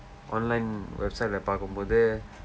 online website இல்ல பார்க்கும்போது:illa paarkkumpoothu